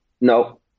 No